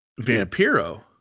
Vampiro